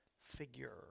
figure